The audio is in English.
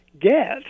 get